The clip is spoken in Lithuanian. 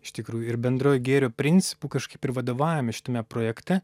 iš tikrųjų ir bendrojo gėrio principu kažkaip ir vadovavomės šitame projekte